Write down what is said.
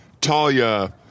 Talia